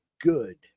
good